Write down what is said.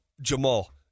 Jamal